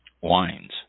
wines